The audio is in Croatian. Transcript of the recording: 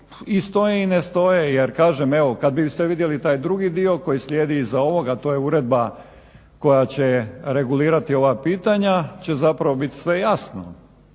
i stoje i ne stoje. Jer kažem, evo kad biste vidjeli taj drugi dio koji slijedi iza ovoga, a to je uredba koja će regulirati ova pitanja, će zapravo bit sve jasno.